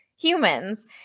humans